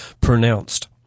pronounced